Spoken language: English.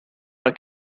are